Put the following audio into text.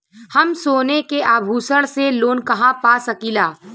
हम सोने के आभूषण से लोन कहा पा सकीला?